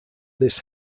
this